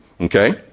Okay